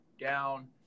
down